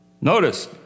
Notice